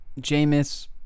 Jameis